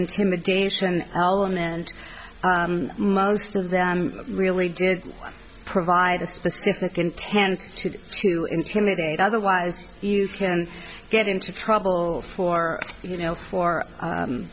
intimidation element most of them really did provide a specific intent to intimidate otherwise you can get into trouble for you know for